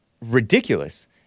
Ridiculous